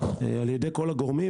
על ידי כל הגורמים.